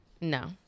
No